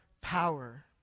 power